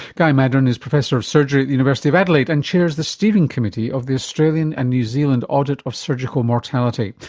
guy maddern is professor of surgery at the university of adelaide and chairs the steering committee of the australian and new zealand audit of surgical mortality.